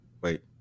wait